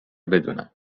بدونم